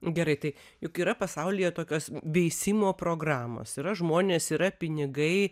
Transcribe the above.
gerai tai juk yra pasaulyje tokios veisimo programos yra žmonės yra pinigai